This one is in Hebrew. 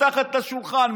מתחת לשולחן,